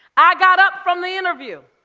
i got up from the interview,